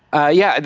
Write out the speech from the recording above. ah yeah,